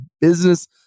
Business